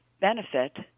benefit